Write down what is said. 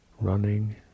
running